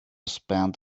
spend